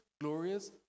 glorious